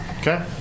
Okay